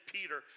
Peter